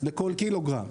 לכל קילוגרם.